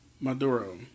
Maduro